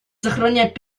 сохранять